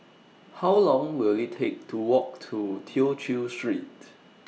How Long Will IT Take to Walk to Tew Chew Street